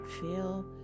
feel